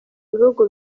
bihugu